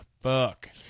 fuck